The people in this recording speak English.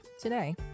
today